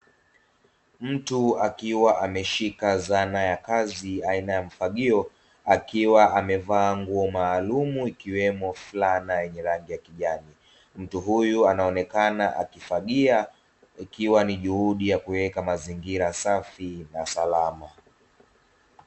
Mtu akiwa ameshika dhana ya kazi aina ya mfagio akiwa amevaa nguo maalumu ikiwemo fulana yenye rangi ya kijani, mtu huyu anaonekana akifagia ikiwa ni juhudi ya kuweka mazingira safi na salama.